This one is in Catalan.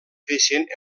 creixent